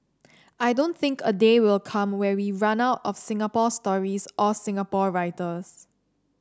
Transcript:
I don't think a day will come where we run out of Singapore stories or Singapore writers